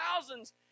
thousands